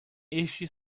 este